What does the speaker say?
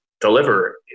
deliver